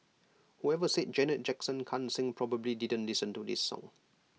whoever said Janet Jackson can't sing probably didn't listen to this song